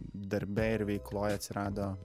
darbe ir veikloj atsirado